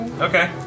Okay